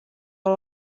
ari